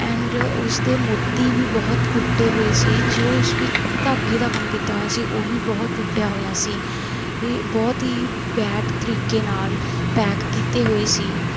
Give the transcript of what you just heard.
and ਉਸਦੇ ਮੋਤੀ ਵੀ ਬਹੁਤ ਟੁੱਟੇ ਹੋਏ ਸੀ ਜੋ ਇਸ ਵਿੱਚ ਧਾਗੇ ਦਾ ਕੰਮ ਕੀਤਾ ਹੋਇਆ ਸੀ ਉਹ ਵੀ ਬਹੁਤ ਟੁੱਟਿਆ ਹੋਇਆ ਸੀ ਇਹ ਬਹੁਤ ਹੀ ਬੈਡ ਤਰੀਕੇ ਨਾਲ ਪੈਕ ਕੀਤੇ ਹੋਏ ਸੀ